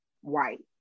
white